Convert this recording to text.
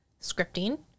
scripting